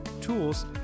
tools